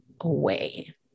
away